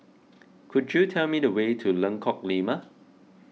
could you tell me the way to Lengkok Lima